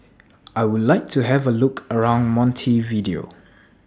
I Would like to Have A Look around Montevideo